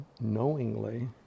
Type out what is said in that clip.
knowingly